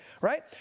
right